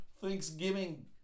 Thanksgiving